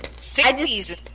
60s